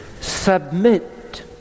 Submit